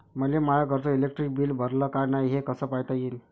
मले माया घरचं इलेक्ट्रिक बिल भरलं का नाय, हे कस पायता येईन?